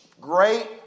great